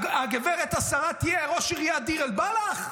שהגברת, השרה, תהיה ראש עיריית דיר אל-בלח?